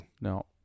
No